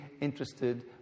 interested